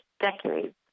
decades